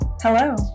hello